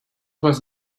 was